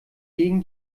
gegen